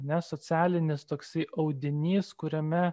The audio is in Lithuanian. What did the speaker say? ne socialinis toksai audinys kuriame